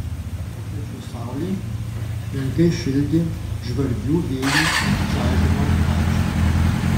popiečio saulė menkai šildė žvarbių vėjų čaižomą aikštę